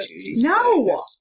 No